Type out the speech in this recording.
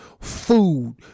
food